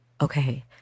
Okay